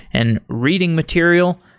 and reading material.